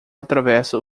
atravessa